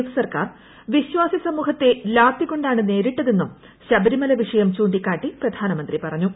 F സർക്കാർ വിശ്വാസി സമൂഹത്തെ ലാത്തിക്കൊണ്ടാണ് നേരിട്ടതെന്നും ശബരിമല വിഷയം ചൂണ്ടിക്കാട്ടി പ്രധാനമന്ത്രി പറഞ്ഞു